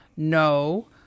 No